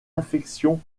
infection